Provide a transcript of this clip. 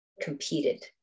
competed